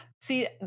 See